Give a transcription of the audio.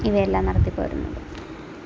ഇവയെല്ലാം നടത്തിപ്പോരുന്നത്